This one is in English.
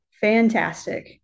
fantastic